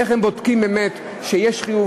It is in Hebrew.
איך הם בודקים שבאמת יש חיוב,